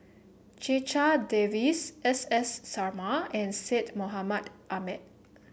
Checha Davies S S Sarma and Syed Mohamed Ahmed